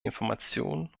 informationen